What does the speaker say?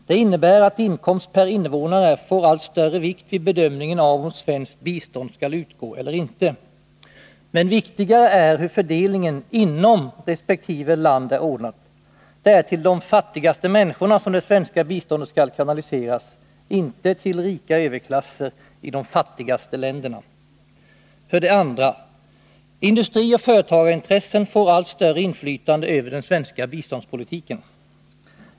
Det innebär att inkomst per invånare får allt större vikt vid bedömningen av om svenskt bistånd skall utgå eller inte. Men viktigare är hur fördelningen inom resp. land är ordnad. Det är till de ”fattigaste människorna” som det svenska biståndet skall kanaliseras, inte till rika överklasser i ”de fattigaste länderna”. 2. Industrioch företagarintressen får allt större inflytande över den svenska biståndspolitiken.